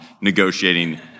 negotiating